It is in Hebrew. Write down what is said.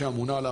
אני מכירה,